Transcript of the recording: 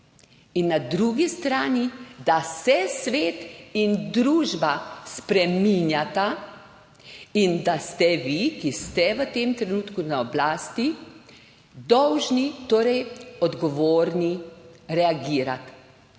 in na drugi strani, da se svet in družba spreminjata in da ste vi, ki ste v tem trenutku na oblasti, torej odgovorni, dolžni reagirati.